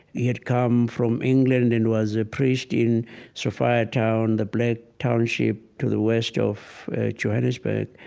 he had come from england and was a priest in sophiatown, the black township to the west of johannesburg.